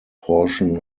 portion